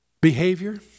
behavior